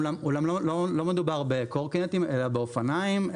אולם לא מדובר בקורקינטים, אלא באופניים.